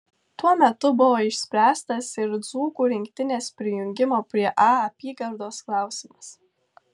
tuo metu buvo išspręstas ir dzūkų rinktinės prijungimo prie a apygardos klausimas